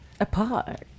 Apart